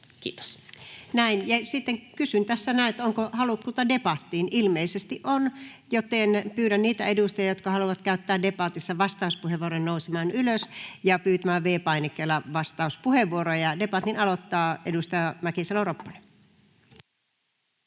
Ja sitten kysyn, onko halukkuutta debattiin. Ilmeisesti on, joten pyydän niitä edustajia, jotka haluavat käyttää debatissa vastauspuheenvuoron, nousemaan ylös ja pyytämään V‑painikkeella vastauspuheenvuoroja. — Debatin aloittaa edustaja Mäkisalo-Ropponen.